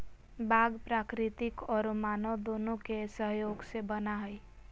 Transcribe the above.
बाग प्राकृतिक औरो मानव दोनों के सहयोग से बना हइ